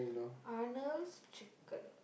Arnold's Chicken